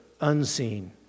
unseen